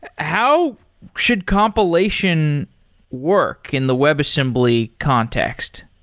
how should compilation work in the webassembly context?